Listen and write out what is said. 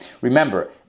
Remember